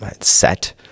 set